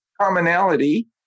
commonality